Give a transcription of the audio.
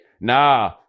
Nah